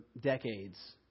decades